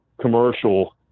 commercial